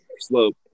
slope